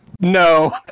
No